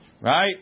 Right